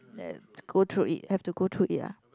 go through it have to go through it ah